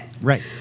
Right